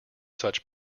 such